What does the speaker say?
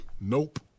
Nope